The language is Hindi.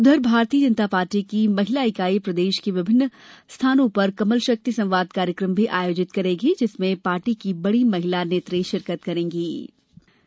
उधर भारतीय जनता पार्टी की महिला इकाई प्रदेश के विभिन्न स्थानों पर कमलशक्ति संवाद कार्यकम भी आयोजित करेगी जिसमें पार्टी की बड़ी महिला नेत्री शिरकत करेंगीं